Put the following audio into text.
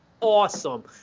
awesome –